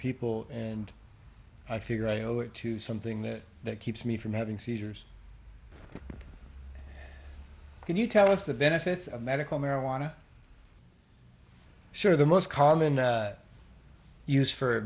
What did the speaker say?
people and i figure i owe it to something that keeps me from having seizures can you tell us the benefits of medical marijuana sure the most common use for